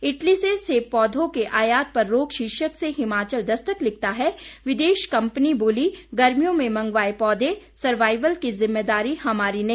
Italy से सेब पौधों के आयात पर रोक शीर्षक से हिमाचल दस्तक लिखता है विदेशी कंपनी बोली गर्मियों में मंगवाए पौधे सर्वाइवल की जिम्मेदारी हमारी नहीं